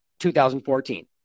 2014